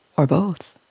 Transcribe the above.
or both.